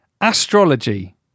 astrology